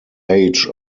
age